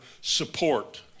support